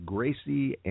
Gracie